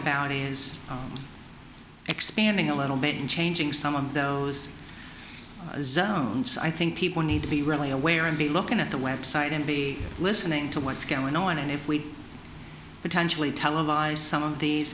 about is expanding a little bit and changing some of those zones i think people need to be really aware and be looking at the website and be listening to what's going on and if we potentially televise some of these